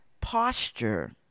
posture